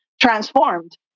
transformed